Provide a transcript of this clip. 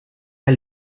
der